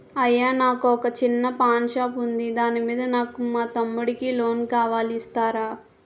అయ్యా నాకు వొక చిన్న పాన్ షాప్ ఉంది దాని మీద నాకు మా తమ్ముడి కి లోన్ కావాలి ఇస్తారా?